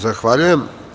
Zahvaljujem.